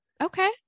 Okay